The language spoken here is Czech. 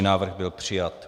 Návrh byl přijat.